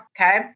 Okay